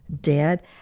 Dead